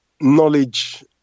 knowledge